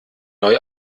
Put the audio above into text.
neu